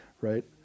Right